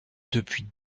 depuis